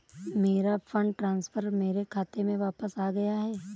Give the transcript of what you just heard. मेरा fund transfer मेरे खाते में वापस आ गया है